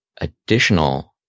additional